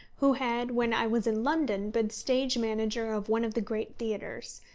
who had when i was in london been stage-manager of one of the great theatres,